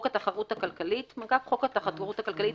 התחרות הכלכלית" חוק התחרות הכלכלית,